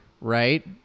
right